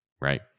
right